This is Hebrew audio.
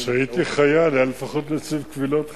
כשהייתי חייל היה לפחות נציב קבילות חיילים,